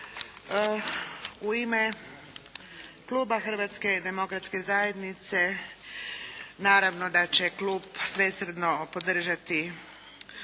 U ime kluba Hrvatske demokratske zajednice naravno da će klub svesrdno podržati prijedlog